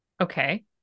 Okay